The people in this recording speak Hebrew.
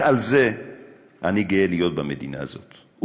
רק על זה אני גאה להיות במדינה הזאת.